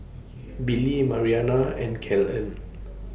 Billie Mariana and Kellen